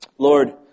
Lord